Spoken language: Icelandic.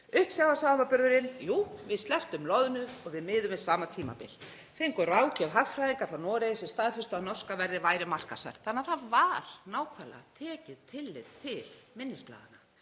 Uppsjávarsamanburðurinn — jú, við slepptum loðnu og við miðum við sama tímabil. Við fengum ráðgjöf hagfræðinga frá Noregi sem staðfestu að norska verðið væri markaðsverð. Það var því nákvæmlega tekið tillit til minnisblaðanna